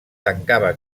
tancava